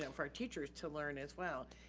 so for our teachers to learn, as well,